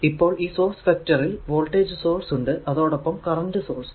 ഇപ്പോൾ ഈ സോഴ്സ് വെക്റ്ററിൽ വോൾടേജ് സോഴ്സ് ഉണ്ട് അതോടൊപ്പം കറന്റ് സോഴ്സ്